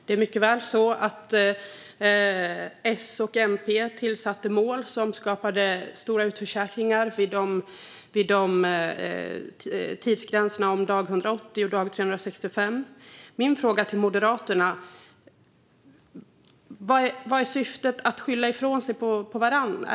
Det är så att S och MP satte upp mål som skapade stora utförsäkringar efter dag 180 och dag 365. Min fråga till Moderaterna är: Vad är syftet med att skylla på varandra?